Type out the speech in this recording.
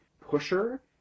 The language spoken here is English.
pusher